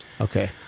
Okay